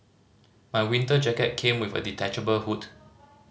my winter jacket came with a detachable hood